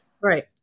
Right